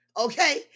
okay